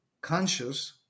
conscious